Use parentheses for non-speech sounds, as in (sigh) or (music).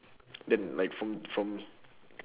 (breath) (noise) then like from from